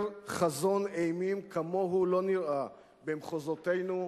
חזון אימים שכמוהו לא נראה במחוזותינו מעולם.